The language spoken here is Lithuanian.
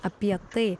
apie tai